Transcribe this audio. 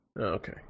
Okay